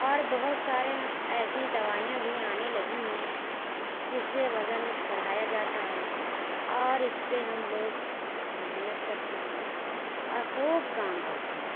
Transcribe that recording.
اور بہت سارے ایسی دوائیاں بھی آنے لگی ہیں جس سے وزن بڑھایا جاتا ہے اور اس پہ ہم لوگ محنت کرتے ہیں اور خوب کام کرتے ہیں